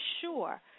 sure